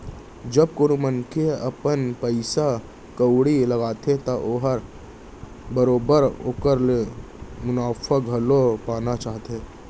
जब कोनो मनसे ह अपन पइसा कउड़ी लगाथे त ओहर बरोबर ओकर ले मुनाफा घलौ पाना चाहथे